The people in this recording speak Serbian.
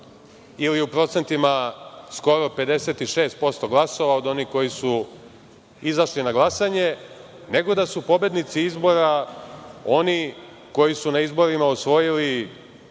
ili u procentima skoro 56% glasova od onih koji su izašli na glasanje, nego da su pobednici izbora oni koji su na izborima osvojili